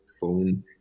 phone